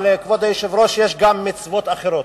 אבל, כבוד היושב-ראש, יש גם מצוות אחרות,